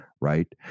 right